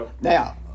Now